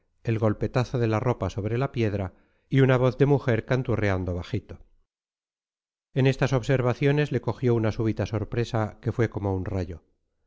el golpetazo de la ropa sobre la piedra y una voz de mujer canturreando bajito en estas observaciones le cogió una súbita sorpresa que fue como un rayo